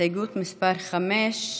הסתייגות לחלופין: